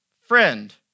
friend